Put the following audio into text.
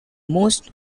most